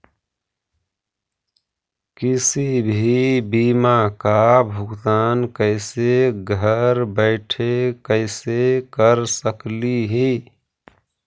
किसी भी बीमा का भुगतान कैसे घर बैठे कैसे कर स्कली ही?